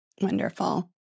Wonderful